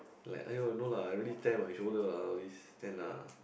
like !aiyo! no lah I already tear my shoulder lah all this then lah